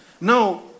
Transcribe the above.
Now